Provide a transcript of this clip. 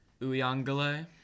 Uyangale